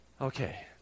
Okay